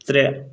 ترٛےٚ